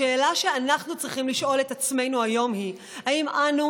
השאלה שאנחנו צריכים לשאול את עצמנו היום היא האם אנו,